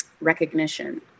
recognition